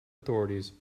authorities